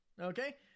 Okay